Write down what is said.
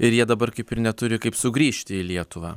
ir jie dabar kaip ir neturi kaip sugrįžti į lietuvą